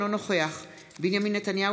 אינו נוכח בנימין נתניהו,